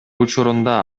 учурунда